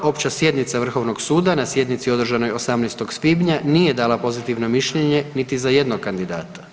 1. Opća sjednica vrhovnog suda na sjednici održanoj 18. svibnja nije dala pozitivno mišljenje niti za jednog kandidata.